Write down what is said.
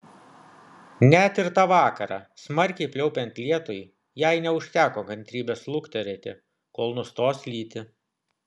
net ir tą vakarą smarkiai pliaupiant lietui jai neužteko kantrybės lukterėti kol nustos lyti